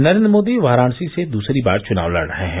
नरेन्द्र मोदी वाराणसी से दूसरी बार चुनाव लड़ रहे हैं